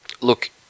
Look